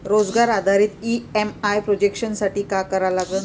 रोजगार आधारित EMI projection साठी का करा लागन?